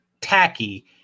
tacky